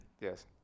Yes